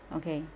okay